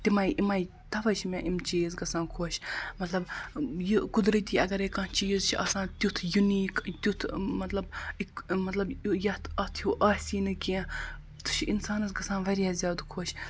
تِمَے یِمے تَوَے چھِ مےٚ یِم چیٖز گژھان خۄش مطلب یہِ قُدرٔتی اَگرَے کانٛہہ چیٖز چھِ آسان تیُتھ یُنیٖک تیُتھ مطلب اِک مطلب یُہ یَتھ ہیوٗ آسی نہٕ کینٛہہ سُہ چھُ اِنسانَس گژھان واریاہ زیادٕ خۄش